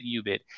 UBIT